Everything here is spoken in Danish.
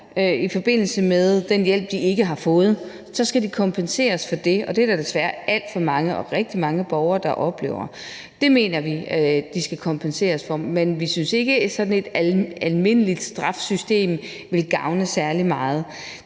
i forbindelse med den hjælp, de ikke har fået, skal de kompenseres for det, og det er der desværre alt for mange borgere, der oplever de ikke bliver. Det mener vi de skal kompenseres for, men vi synes ikke, at sådan et almindeligt straffesystem vil gavne særlig meget.